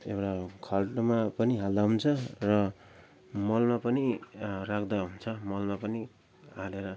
एउटा खाल्डोमा पनि हाल्दा हुन्छ र मलमा पनि राख्दा हुन्छ मलमा पनि हालेर